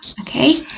okay